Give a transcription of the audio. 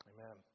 Amen